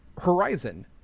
Horizon